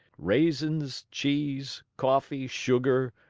raisins, cheese, coffee, sugar,